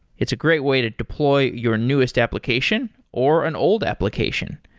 it's a great way to deploy your newest application, or an old application.